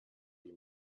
die